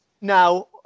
now